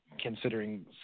considering